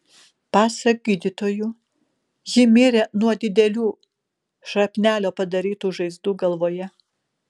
pasak gydytojų ji mirė nuo didelių šrapnelio padarytų žaizdų galvoje